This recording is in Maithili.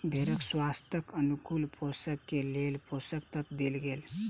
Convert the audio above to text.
भेड़क स्वास्थ्यक अनुकूल पोषण के लेल पोषक तत्व देल गेल